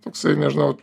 toksai nežinau